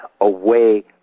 away